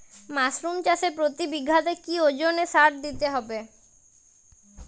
Mushroom চাষে প্রতি বিঘাতে কি ওজনে সার দিতে হবে?